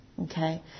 okay